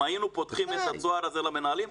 אם היינו פותחים את הצוהר הזה למנהלים,